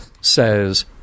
says